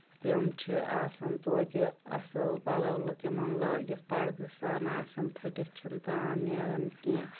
تِم چھِ آسان توتہِ اَصٕل پَلو تِمن لٲگِتھ پردٕ سان آسان پھٔٹِتھ چھِنہٕ تان نیران کیٚنٛہہ